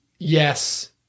Yes